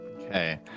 Okay